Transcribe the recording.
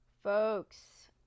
folks